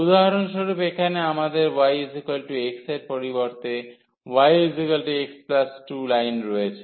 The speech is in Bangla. উদাহরণস্বরূপ এখানে আমাদের yx এর পরিবর্তে y x 2 লাইন রয়েছে